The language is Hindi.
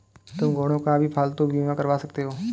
तुम घोड़ों का भी पालतू बीमा करवा सकते हो